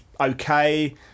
okay